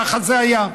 ככה זה היה.